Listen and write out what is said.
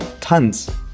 tons